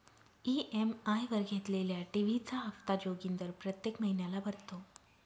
EMI वर घेतलेल्या TV चा हप्ता जोगिंदर प्रत्येक महिन्याला भरतो